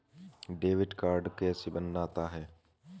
Debit card कैसे बनता है?